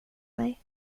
mig